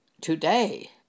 today